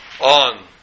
on